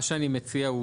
מה שאני מציע,